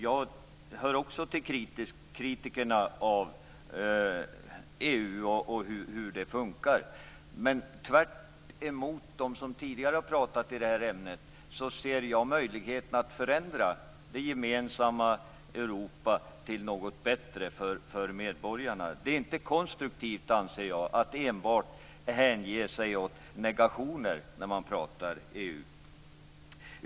Jag hör också till kritikerna av hur EU fungerar. Men tvärtemot de som tidigare talat i ämnet, ser jag möjligheten att förändra det gemensamma Europa till något bättre för medborgarna. Det är inte konstruktivt att enbart hänge sig åt negationer när man pratar EU.